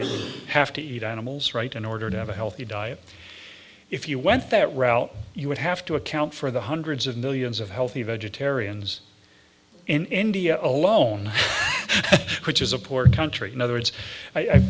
we have to eat animals right in order to have a healthy diet if you went that route you would have to account for the hundreds of millions of healthy vegetarians in india alone which is a poor country in other words i